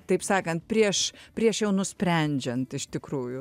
taip sakant prieš prieš jau nusprendžiant iš tikrųjų